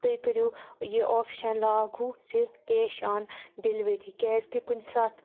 تُہۍ کٔرِو یہِ اوپشَن لاگوٗ زِ کیش آن ڈِلؤری کیٛازِ کہِ کُنہِ ساتہٕ